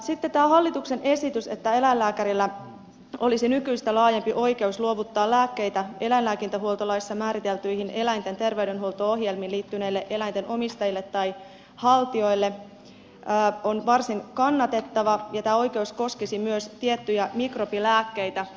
sitten tämä hallituksen esitys että eläinlääkärillä olisi nykyistä laajempi oikeus luovuttaa lääkkeitä eläinlääkintähuoltolaissa määriteltyihin eläinten terveydenhuolto ohjelmiin liittyneille eläinten omistajille tai haltijoille on varsin kannatettava ja tämä oikeus koskisi myös tiettyjä mikrobilääkkeitä